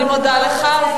אני מודה לך.